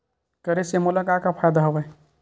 करे से मोला का का फ़ायदा हवय?